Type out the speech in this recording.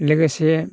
लोगोसे